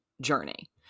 journey